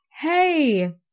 hey